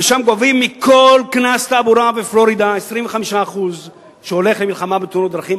ושם בפלורידה גובים מכל קנס תעבורה 25% שהולכים למלחמה בתאונות דרכים.